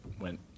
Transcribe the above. went